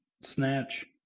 Snatch